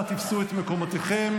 אנא תפסו את מקומותיכם.